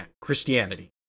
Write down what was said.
Christianity